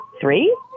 three